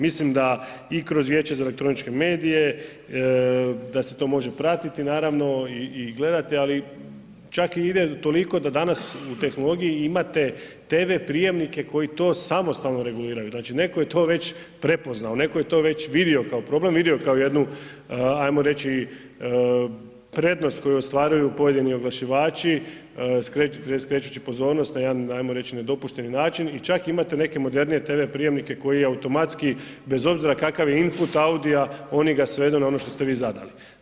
Mislim da i kroz Vijeće za elektroničke medije da se to može pratiti ali i gledati, ali čak ide toliko da danas u tehnologiji imate TV prijemnike koji to samostalno reguliraju, dakle neko je to već prepoznao, neko je to već vidio kao problem, vidio kao jednu ajmo reći prednost koju ostvaruju pojedini oglašivači skrećući pozornost na jedan ajmo reći nedopušteni način i čak imate neke modernije TV prijemnike koji automatski bez obzira kakav je imput audia oni ga svedu na ono što ste vi zadali.